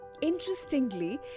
Interestingly